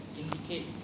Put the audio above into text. indicate